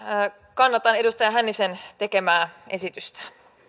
kannatan edustaja hännisen tekemää esitystä